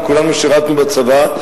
וכולנו שירתנו בצבא,